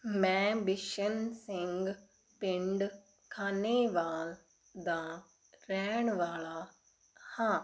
ਮੈਂ ਬਿਸ਼ਨ ਸਿੰਘ ਪਿੰਡ ਖਾਨੇਵਾਲ ਦਾ ਰਹਿਣ ਵਾਲਾ ਹਾਂ